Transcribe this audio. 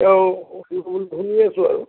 তেওঁ শুনিয়ে আছোঁ আৰু